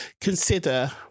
consider